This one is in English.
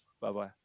Bye-bye